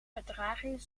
vertraging